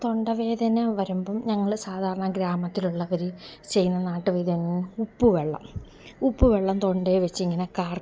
തൊണ്ടവേദന വരുമ്പം ഞങ്ങൾ സാധാരണ ഗ്രാമത്തിലുള്ളവർ ചെയ്യുന്ന നാട്ടുവൈദ്യം ഉപ്പുവെള്ളം ഉപ്പുവെള്ളം തൊണ്ടയിൽ വെച്ചിങ്ങനെ കാർക്കിക്കും